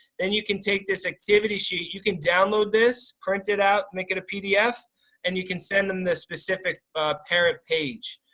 then you can take this activity sheet. you can download, this print it out, make it a pdf and you can send them this specific parent page.